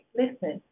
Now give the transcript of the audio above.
listen